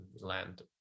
land